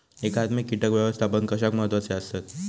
एकात्मिक कीटक व्यवस्थापन कशाक महत्वाचे आसत?